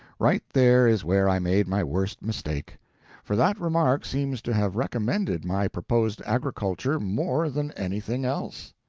right there is where i made my worst mistake for that remark seems to have recommended my proposed agriculture more than anything else.